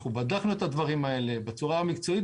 אנחנו בדקנו את הדברים האלה בצורה המקצועית